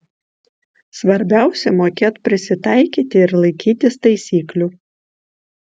svarbiausia mokėt prisitaikyti ir laikytis taisyklių